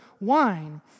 wine